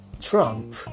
Trump